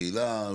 קהילה,